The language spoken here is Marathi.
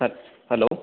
हॅ हॅलो